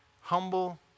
Humble